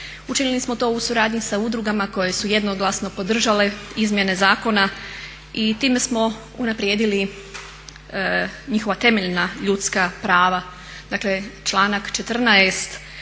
učinili smo to u suradnji sa udrugama koje su jednoglasno podržale izmjene zakona i time smo unaprijedili njihova temeljna ljudska prava dakle članak 14.